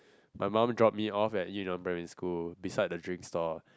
my mum drop me off at Yu-nan primary school beside the drink stall